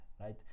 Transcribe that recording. Right